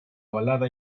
balada